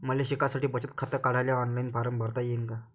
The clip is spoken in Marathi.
मले शिकासाठी बचत खात काढाले ऑनलाईन फारम भरता येईन का?